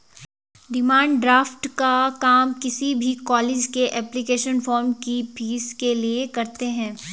demand draft का काम किसी भी कॉलेज के एप्लीकेशन फॉर्म की फीस के लिए करते है